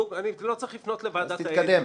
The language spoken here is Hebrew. אני לא צריך לפנות לוועדת האתיקה.